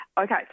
Okay